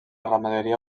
ramaderia